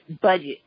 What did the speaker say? budget